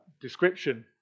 description